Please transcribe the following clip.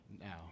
now